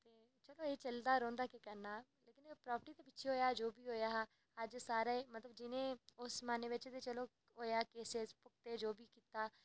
ते चलो एह् चलदा रौंहदा केह् करना लेकिन प्रॉपर्टी दे पिच्छें गै होआ हा जो होआ अज्ज सारे उस जमाने बिच ते ते जो बी होआ